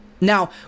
Now